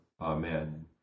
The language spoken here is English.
Amen